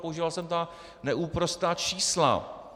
Používal jsem ta neúprosná čísla.